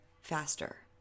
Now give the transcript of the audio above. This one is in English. faster